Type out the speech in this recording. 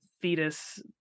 fetus